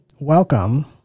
welcome